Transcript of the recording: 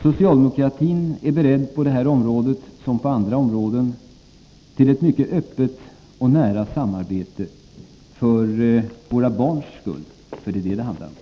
Socialdemokratin är beredd, på det här området som på andra områden, till ett mycket öppet och nära samarbete — för våra barns skull, för det är dem det handlar om.